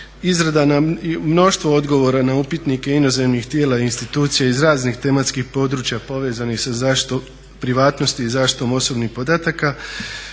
izrada i mnoštvo odgovora na upitnike inozemnih tijela i institucija iz raznih tematskih područja povezanih sa zaštitom privatnosti i zaštitom osobnih podataka,